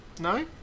no